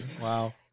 Wow